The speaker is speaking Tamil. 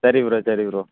சரி ப்ரோ சரி ப்ரோ